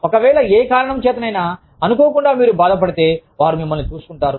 ఒకవేళ ఏ కారణం చేతనైనా అనుకోకుండా మీరు బాధపడితే వారు మిమ్మల్ని చూసుకుంటారు